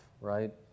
right